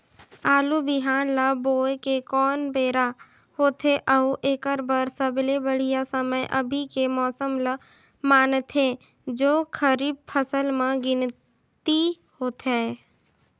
आलू बिहान ल बोये के कोन बेरा होथे अउ एकर बर सबले बढ़िया समय अभी के मौसम ल मानथें जो खरीफ फसल म गिनती होथै?